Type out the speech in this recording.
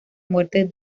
muerte